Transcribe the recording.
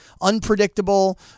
unpredictable